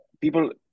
people